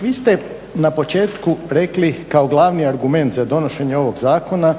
vi ste na početku rekli kao glavni argument za donošenje ovog zakona